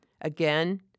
Again